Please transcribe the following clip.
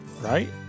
Right